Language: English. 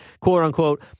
quote-unquote